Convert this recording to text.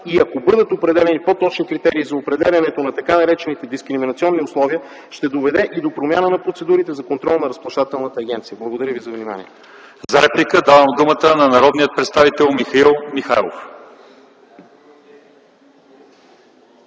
и ако бъдат регламентирани по-точни критерии за определянето на така наречените дискриминационни условия, ще доведе и до промяна на процедурите за контрол на Разплащателната агенция. Благодаря Ви за вниманието. ПРЕДСЕДАТЕЛ ЛЪЧЕЗАР ИВАНОВ: За реплика давам думата на народния представител Михаил Михайлов.